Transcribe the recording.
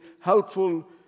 helpful